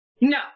No